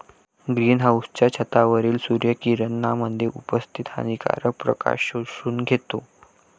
green हाउसच्या छतावरील सूर्य किरणांमध्ये उपस्थित हानिकारक प्रकाश शोषून घेतो